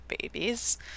babies